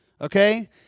okay